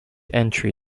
entry